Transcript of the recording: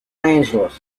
angeles